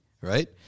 right